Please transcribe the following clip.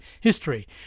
history